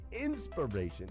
inspiration